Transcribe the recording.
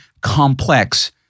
complex